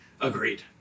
Agreed